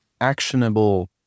actionable